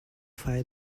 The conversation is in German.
feier